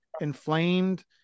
inflamed